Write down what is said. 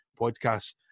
podcast